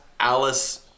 Alice